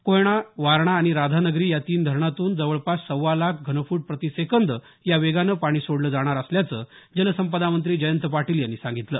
कोयना वारणा आणि राधानगरी या तीन धरणांतून जवळपास सव्वा लाख घनफूट प्रतिसेकंद वेगानं पाणी सोडलं जाणार असल्याचं जलसंपदा मंत्री जयंत पाटील यांनी सांगितलं